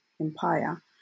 empire